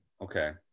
Okay